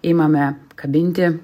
imame kabinti